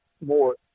more